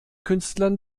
künstlern